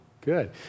Good